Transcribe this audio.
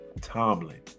Tomlin